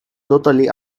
totally